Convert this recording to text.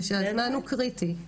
ושהזמן הוא קריטי,